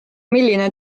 milline